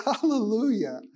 Hallelujah